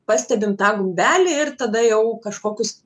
pastebim tą gumbelį ir tada jau kažkokius